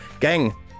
Gang